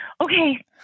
okay